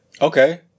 Okay